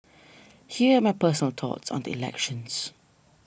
here are my personal thoughts on the elections